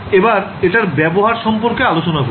এবার এটার ব্যবহার সম্পর্কে আলোচনা করবো